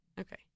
Okay